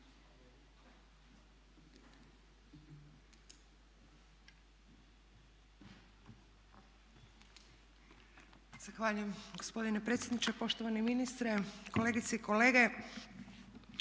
Zahvaljujem gospodine potpredsjedniče. Poštovani ministre, kolegice i kolege